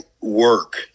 work